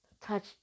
Touch